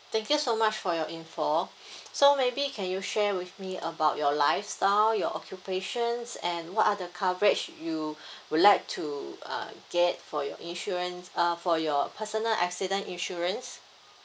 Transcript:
thank you so much for your info so maybe can you share with me about your lifestyle your occupations and what are the coverage you would like to uh get for your insurance uh for your personal accident insurance